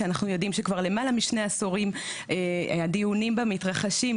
כשאנחנו יודעים שכבר למעלה משני עשורים הדיונים בה מתרחשים,